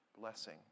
blessing